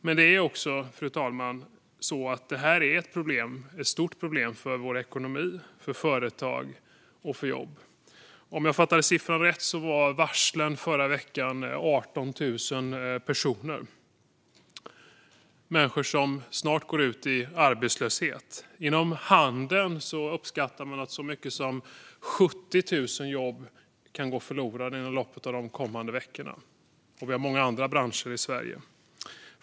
Men, fru talman, detta är ett stort problem för vår ekonomi, för företagen och för jobben. Om jag fattade siffran rätt omfattade varslen förra veckan 18 000 personer - människor som snart går ut i arbetslöshet. Inom handeln uppskattar man att så många som 70 000 jobb kan gå förlorade inom loppet av de kommande veckorna, och vi har många andra branscher i Sverige.